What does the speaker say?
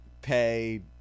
pay